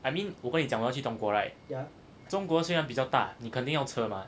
I mean 我跟你讲我要去中国 right 中国虽然比较大你肯定要车嘛